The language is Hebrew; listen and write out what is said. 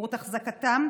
התייקרות אחזקתם,